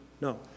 no